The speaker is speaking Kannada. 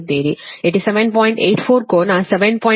1 ಡಿಗ್ರಿ ಕಿಲೋ ವೋಲ್ಟ್